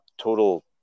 total